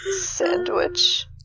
Sandwich